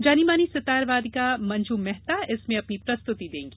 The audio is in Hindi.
जानीमानी सितार वादक मंजू मेहता अपनी प्रस्तुति देंगी